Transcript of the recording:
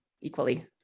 equally